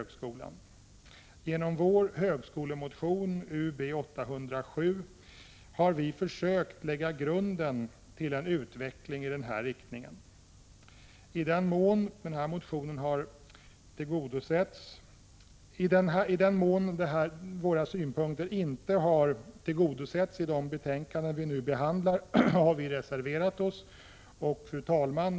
Genom vår högskolemotion, Ub807, har vi försökt lägga grunden till en utveckling i den riktningen. I den mån våra synpunkter inte har tillgodosetts i de betänkanden som nu behandlas har vi reserverat oss. Fru talman!